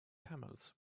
camels